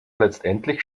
letztendlich